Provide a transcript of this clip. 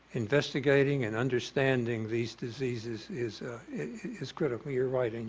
investigating and understanding these diseases is is critical you're right in.